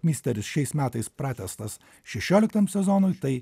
misteris šiais metais pratęstas šešioliktam sezonui tai